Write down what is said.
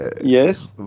Yes